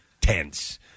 tense